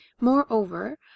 moreover